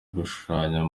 gushushanya